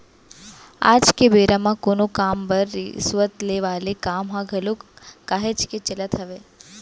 आज के बेरा म कोनो काम बर रिस्वत ले वाले काम ह घलोक काहेच के चलत हावय